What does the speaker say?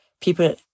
people